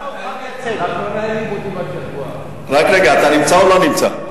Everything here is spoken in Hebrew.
אני לא תורן, רק רגע, אתה נמצא או לא נמצא?